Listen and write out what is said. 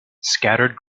scattered